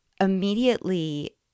immediately